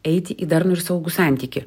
eit į darnų ir saugų santykį